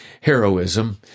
heroism